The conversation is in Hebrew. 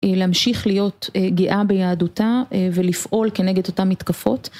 היא להמשיך להיות גאה ביהדותה ולפעול כנגד אותן מתקפות